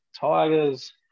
Tigers